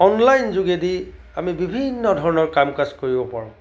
online যোগেদি আমি বিভিন্ন ধৰণৰ কাম কাজ কৰিব পাৰোঁ